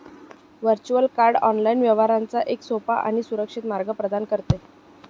virtual card online व्यवहारांचा एक सोपा आणि सुरक्षित मार्ग प्रदान करते